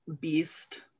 beast